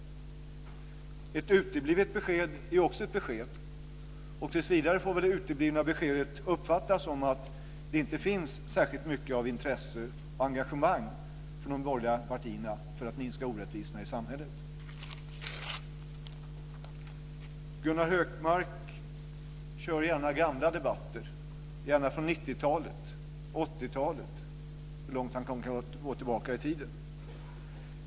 Ett uteblivet besked är också ett besked, och tillsvidare får det uteblivna beskedet uppfattas som att det inte finns särskilt mycket av intresse och engagemang hos de borgerliga partierna för att minska orättvisorna i samhället. Gunnar Hökmark kör gärna med gamla debatter från 80-talet och 90-talet.